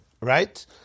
right